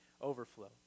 overflow